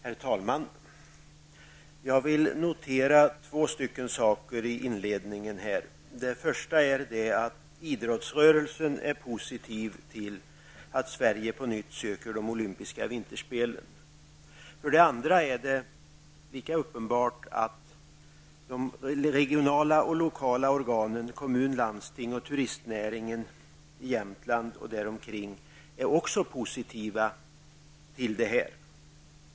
Herr talman! Jag vill notera två saker i inledningen här. Det första är att idrottsrörelsen är positiv till att Sverige på nytt söker de olympiska vinterspelen. För det andra är det lika uppenbart att de regionala och lokala organen, kommuner, landsting och turistnäringen i Jämtland och däromkring, också är positiva till detta.